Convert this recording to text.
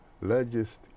largest